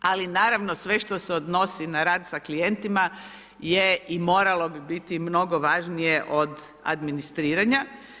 Ali naravno sve što se odnosi na rad s klijentima je i moralo bi biti mnogo važnije od administriranja.